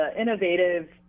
innovative